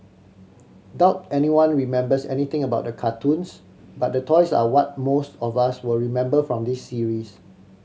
doubt anyone remembers anything about the cartoons but the toys are what most of us will remember from this series